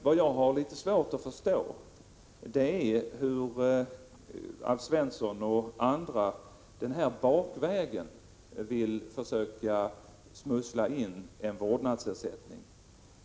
Vad jag harlitet svårt att förstå är hur Alf Svensson och andra så att säga bakvägen vill försöka smussla in en vårdnadsersättning.